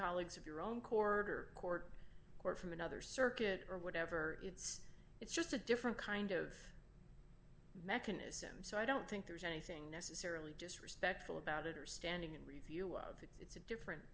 colleagues of your own corps or court or from another circuit or whatever it's it's just a different kind of mechanism so i don't think there's anything necessarily disrespectful about it or standing in review of it it's a different